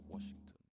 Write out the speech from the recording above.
Washington